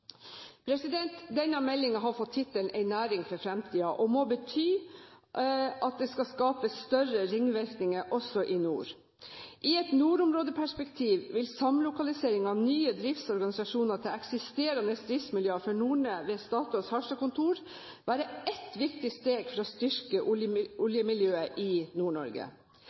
Denne meldingen har fått tittelen «En næring for framtida – om petroleumsvirksomheten» og må bety at det skal skapes større ringvirkninger også i nord. I et nordområdeperspektiv vil samlokalisering av nye driftsorganisasjoner til eksisterende driftsmiljø for Norne ved Statoils Harstad-kontor være et viktig steg for å styrke oljemiljøet i